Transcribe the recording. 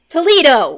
Toledo